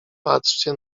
patrzcie